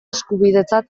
eskubidetzat